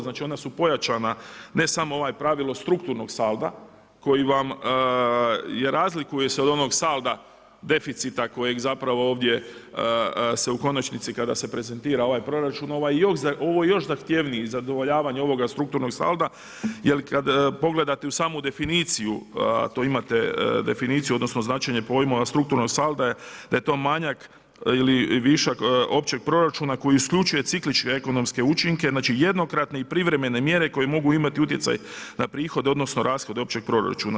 Znači, ona su pojačana ne samo ovo pravilo strukturnog salda, koji vam je razlikuje se od onog salda deficita kojeg zapravo ovdje se u konačnici kada se prezentira ovaj proračun ovo je još zahtjevniji zadovoljavanje ovoga strukturnog salda jer kad pogledate u samu definiciju, to imate definiciju, odnosno značenje pojma strukturnog salda da je to manjak ili višak općeg proračuna koji isključuje cikličke ekonomske učinke, znači jednokratne i privremene mjere koje mogu imati utjecaj na prihode, odnosno rashode općeg proračuna.